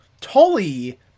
Tully